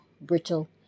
brittle